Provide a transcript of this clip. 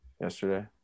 Yesterday